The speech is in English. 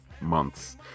months